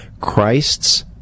Christ's